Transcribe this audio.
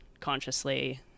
consciously